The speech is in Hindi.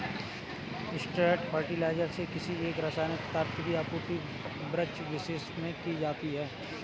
स्ट्रेट फर्टिलाइजर से किसी एक रसायनिक पदार्थ की आपूर्ति वृक्षविशेष में की जाती है